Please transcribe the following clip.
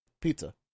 Pizza